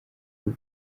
bw’u